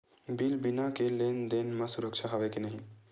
बिना बिल के लेन देन म सुरक्षा हवय के नहीं?